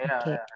Okay